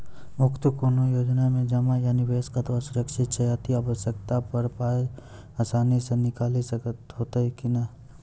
उक्त कुनू योजना मे जमा या निवेश कतवा सुरक्षित छै? अति आवश्यकता पर पाय आसानी सॅ निकासी हेतै की नै?